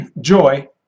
Joy